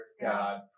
God